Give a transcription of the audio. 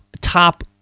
top